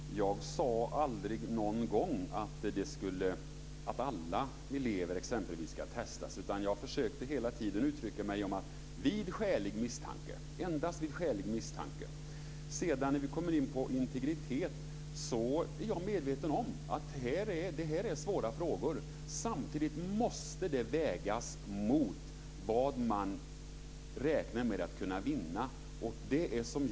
Fru talman! Jag sade aldrig någon gång att alla elever ska testas, utan jag försökte hela tiden uttrycka det så att det skulle ske endast vid skälig misstanke. När vi sedan kommer in på integritet är jag medveten om att det är svåra frågor. Samtidigt måste det vägas mot vad man räknar med att kunna vinna.